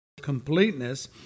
Completeness